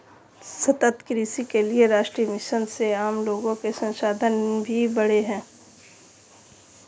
सतत कृषि के लिए राष्ट्रीय मिशन से आम लोगो के संसाधन भी बढ़े है